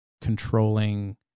controlling